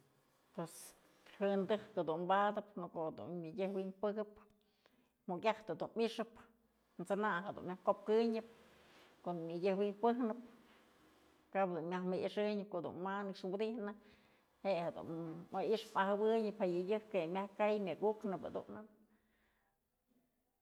Pues jën dëjk jedun badëp në ko'o dun yëdyëk wi'inpëkëp, jukyajtë dun myxëp, t'sëna jedun myaj kopkënyëp në ko'o myëdëj winpëjnëp kap jedun myaj më i'ixënyëp kodun ma nëkx widijnë je'e jedun jayx ajëwënyëp ja yëdyëk je'e myaj kayëp myak uknëp jedun.